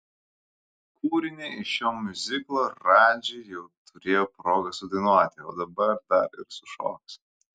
kūrinį iš šio miuziklo radži jau turėjo progą sudainuoti o dabar dar ir sušoks